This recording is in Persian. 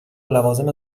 لوازم